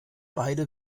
beide